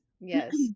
Yes